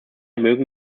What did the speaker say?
mögen